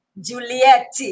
Juliette